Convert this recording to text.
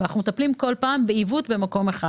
אנחנו כל פעם מטפלים בעיוות במקום זה